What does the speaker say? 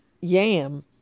Yam